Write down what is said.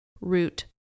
root